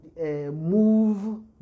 Move